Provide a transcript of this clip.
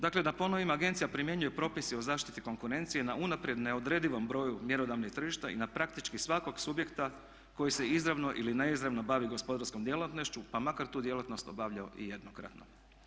Dakle da ponovim, agencija primjenjuje propise o zaštiti konkurencije na unaprijed neodredivom broju mjerodavnih tržišta i na praktički svakog subjekta koji se izravno ili neizravno bavi gospodarskom djelatnošću pa makar tu djelatnost obavljao i jednokratno.